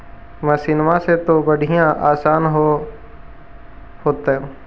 मसिनमा से तो बढ़िया आसन हो होतो?